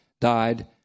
died